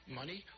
money